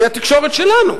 מהתקשורת שלנו.